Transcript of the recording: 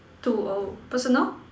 two oh personal